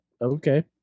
okay